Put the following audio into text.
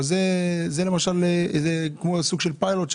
אבל זה כמו סוג של פיילוט.